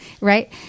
right